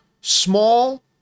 small